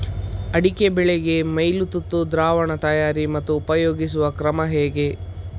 ಅಡಿಕೆ ಬೆಳೆಗೆ ಮೈಲುತುತ್ತು ದ್ರಾವಣ ತಯಾರಿ ಮತ್ತು ಉಪಯೋಗಿಸುವ ಕ್ರಮ ಹೇಗೆ?